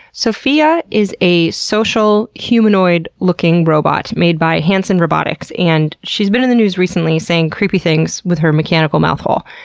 sophia is a social humanoid-looking robot made by hanson robotics. and she's been in the news recently saying creepy things with her mechanical mouth hole.